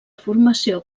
formació